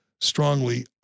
strongly